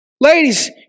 Ladies